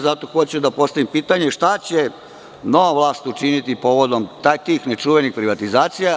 Zato hoću da postavim pitanje – šta će nova vlast učiniti povodom takvih nečuvenih privatizacija?